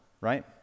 right